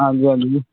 आं जी आं जी